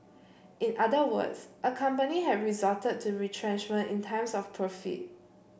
in other words a company had resorted to retrenchment in times of profit